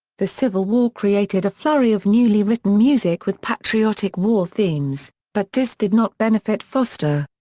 the civil war created a flurry of newly written music with patriotic war themes, but this did not benefit foster.